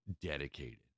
dedicated